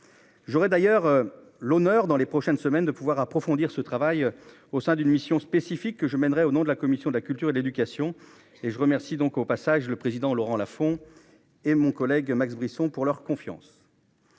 J'aurais d'ailleurs l'honneur dans les prochaines semaines de pouvoir approfondir ce travail au sein d'une mission spécifique que je mènerai au nom de la commission de la culture et l'éducation et je remercie donc au passage le président Laurent Lafon et mon collègue Max Brisson pour leur confiance.--